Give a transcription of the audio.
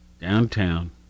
Downtown